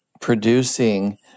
producing